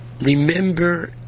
remember